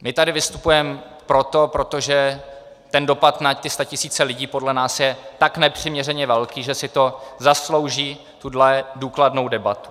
My tady vystupujeme, protože dopad na statisíce lidí podle nás je tak nepřiměřeně velký, že si to zaslouží důkladnou debatu.